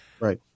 Right